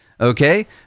Okay